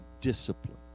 discipline